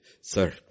Sir